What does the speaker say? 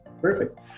Perfect